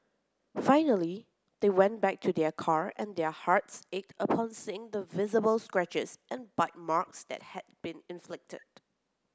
finally they went back to their car and their hearts ached upon seeing the visible scratches and bite marks that had been inflicted